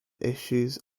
issues